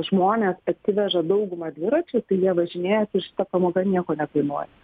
žmonės atsiveža dauguma dviračius tai jie važinėjasi ir šita pamoka nieko nekainuoja